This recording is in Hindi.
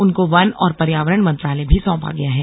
उनको वन और पर्यावरण मंत्रालय भी सौंपा गया है